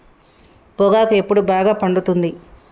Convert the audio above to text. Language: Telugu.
పొగాకు ఎప్పుడు బాగా పండుతుంది?